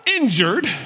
injured